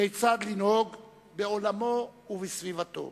כיצד לנהוג בעולמו ובסביבתו.